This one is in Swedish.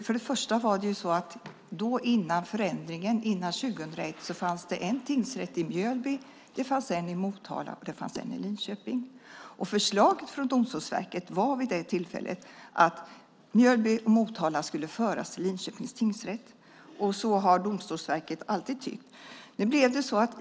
Fru talman! Före förändringen, före 2001, fanns det en tingsrätt i Mjölby, en i Motala och en i Linköping. Förslaget från Domstolsverket var vid det tillfället att Mjölby och Motala skulle föras till Linköpings tingsrätt. Så har Domstolsverket alltid tyckt.